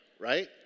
right